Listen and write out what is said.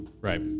Right